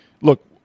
look